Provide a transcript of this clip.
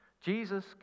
Jesus